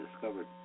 discovered